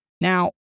Now